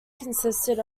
consisted